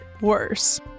worse